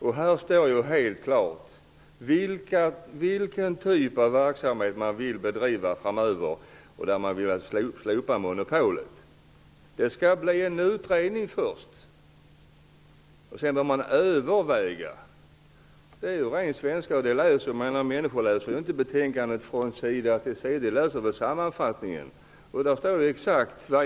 I den här sammanfattningen står det helt klart vilken typ av verksamhet man vill bedriva framöver, och i fråga om att monopolet skall slopas står det att det först skall göras en utredning. Sedan bör man överväga. Detta är ren svenska. Människor läser inte betänkandet från början till slut. De läser sammanfattningen.